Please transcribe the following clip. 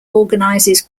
organizes